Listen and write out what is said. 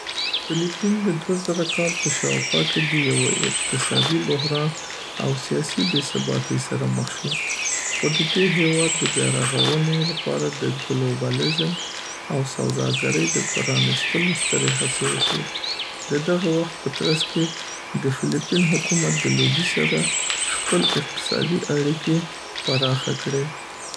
فلپین د دوه زره کال په شاوخوا کې د یوه اقتصادي بحران او سیاسي بې‌ثباتۍ سره مخ شو، خو د دې هېواد د بیا رغونې لپاره د گلوبالیزم او سوداګرۍ د پرانستلو سترې هڅې وشوې. د دغه وخت په ترڅ کې، د فلپین حکومت د لویدیځ سره خپل اقتصادي اړیکې پراخه کړې.